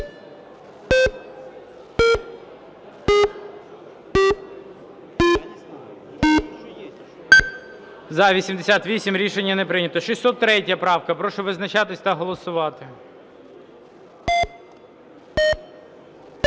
За-88 Рішення не прийнято. 536 правка. Прошу визначатись та голосувати.